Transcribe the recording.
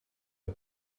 der